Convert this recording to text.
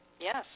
Yes